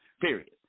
period